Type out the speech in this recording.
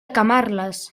camarles